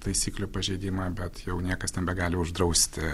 taisyklių pažeidimą bet jau niekas nebegali uždrausti